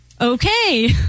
Okay